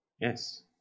Yes